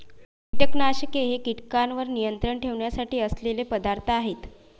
कीटकनाशके हे कीटकांवर नियंत्रण ठेवण्यासाठी असलेले पदार्थ आहेत